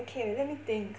okay let me think